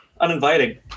uninviting